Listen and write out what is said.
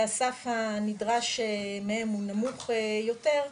והסף הנדרש מהם נמוך יותר,